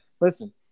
Listen